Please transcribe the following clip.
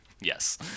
Yes